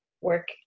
work